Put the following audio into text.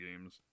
games